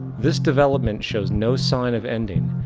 this development shows no sign of ending,